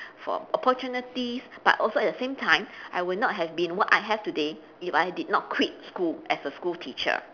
for opportunities but also at the same time I would not have been what I have today if I did not quit school as a school teacher